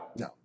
No